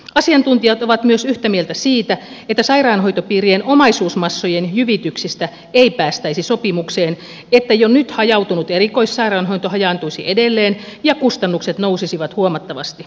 asiantuntijat ovat myös yhtä mieltä siitä että sairaanhoitopiirien omaisuusmassojen jyvityksistä ei päästäisi sopimukseen että jo nyt hajautunut erikoissairaanhoito hajaantuisi edelleen ja kustannukset nousisivat huomattavasti